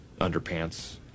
underpants